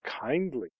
kindly